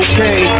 Okay